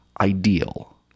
ideal